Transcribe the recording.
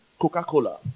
Coca-Cola